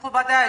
מכובדי,